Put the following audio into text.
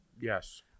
Yes